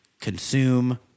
consume